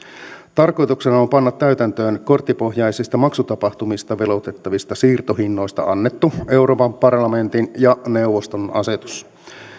tarkoituksena on on panna täytäntöön korttipohjaisista maksutapahtumista veloitettavista siirtohinnoista annettu euroopan parlamentin ja neuvoston asetus